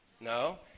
No